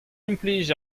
implij